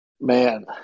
Man